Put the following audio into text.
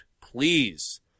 please